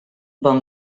bon